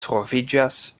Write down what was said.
troviĝas